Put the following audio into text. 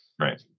Right